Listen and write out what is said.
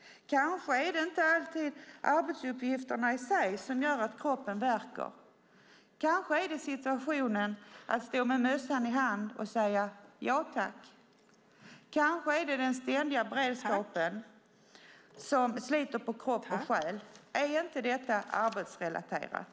Kanske är det inte alltid arbetsuppgifterna i sig som gör att kroppen värker, utan det kanske är situationen att stå med mössan i handen och säga ja tack. Kanske är det den ständiga beredskapen som sliter på kropp och själ. Är inte detta arbetsrelaterat?